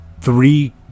three